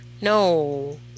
no